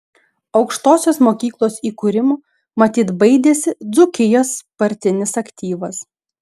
aukštosios mokyklos įkūrimo matyt baidėsi dzūkijos partinis aktyvas